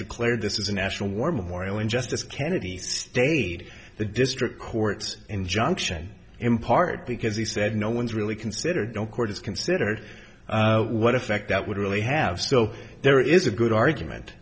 declared this is a national war memorial and justice kennedy stayed the district court's injunction in part because he said no one's really considered no court is considered what effect that would really have so there is a good argument